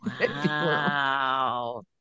Wow